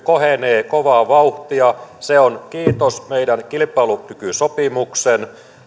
kohenee kovaa vauhtia kiitos meidän kilpailukykysopimuksen